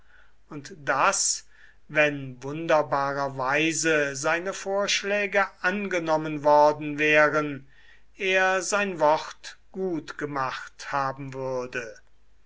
und daß wenn wunderbarerweise seine vorschläge angenommen worden wären er sein wort gutgemacht haben würde